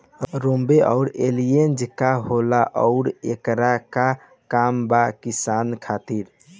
रोम्वे आउर एलियान्ज का होला आउरएकर का काम बा किसान खातिर?